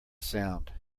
sound